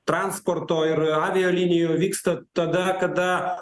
transporto ir avialinijų vyksta tada kada